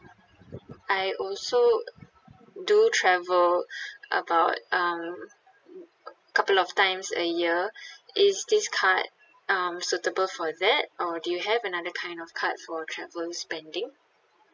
I also do travel about um a couple of times a year is this card um suitable for that or do you have another kind of card for travel spending